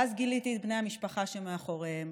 ואז גיליתי את בני המשפחה שמאחוריהם,